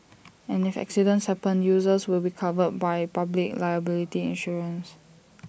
and if accidents happen users will be covered by public liability insurance